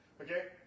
Okay